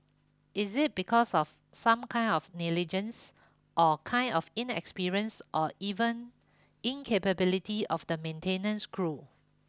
is it because of some kind of negligence or kind of inexperience or even incapability of the maintenance crew